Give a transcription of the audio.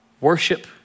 worship